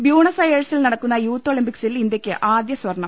Buenos അയേഴ്സിൽ നടക്കുന്ന youth ഒളിമ്പിക്സിൽ ഇന്ത്യയ്ക്ക് ആദ്യ സ്വർണം